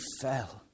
fell